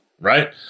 right